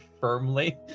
firmly